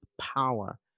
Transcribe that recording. power